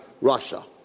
Russia